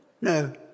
no